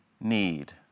need